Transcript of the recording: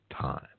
time